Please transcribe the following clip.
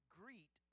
greet